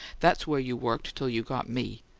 that's where you worked till you got me!